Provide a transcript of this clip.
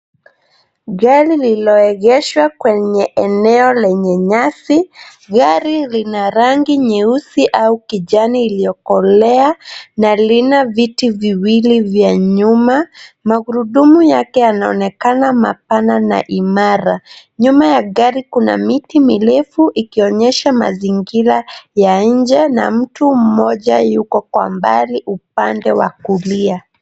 Gari lililoegeshwa kwenye eneo lenye nyasi. Gari lina rangi nyeusi au kijani iliyokolea na lina viti viwi vya nyuma. Magurudumu yake yanaonekana mapana na imara. Nyuma ya gari kuna miti mirefu ikionyesha mazingira ya nje na mtu mmoja yuko kwa mbali upande wa kulia.